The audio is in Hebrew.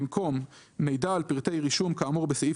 במקום "מידע על פרטי רישום כאמור בסעיף